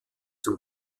zum